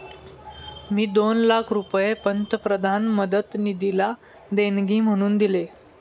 मी दोन लाख रुपये पंतप्रधान मदत निधीला देणगी म्हणून दिले